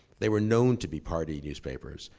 they were known to be party newspapers.